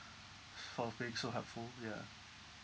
for being so helpful yeah